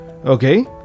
Okay